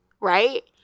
Right